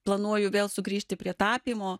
planuoju vėl sugrįžti prie tapymo